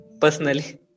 personally